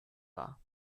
war